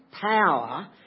power